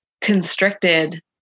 constricted